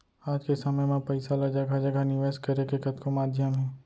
आज के समे म पइसा ल जघा जघा निवेस करे के कतको माध्यम हे